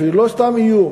אפילו לא סתם איום,